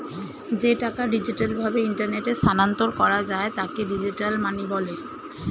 যে টাকা ডিজিটাল ভাবে ইন্টারনেটে স্থানান্তর করা যায় তাকে ডিজিটাল মানি বলে